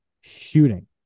Shooting